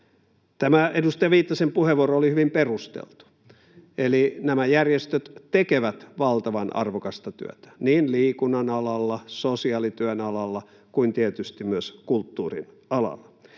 Tämä edustaja Viitasen puheenvuoro oli hyvin perusteltu, eli nämä järjestöt tekevät valtavan arvokasta työtä niin liikunnan alalla, sosiaalityön alalla kuin tietysti myös kulttuurin alalla.